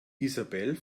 isabel